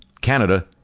Canada